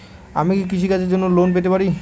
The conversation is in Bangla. আমি কি কৃষি কাজের জন্য লোন পেতে পারি?